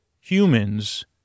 humans